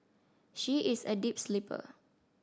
she is a deep sleeper